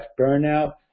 burnout